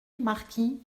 marquis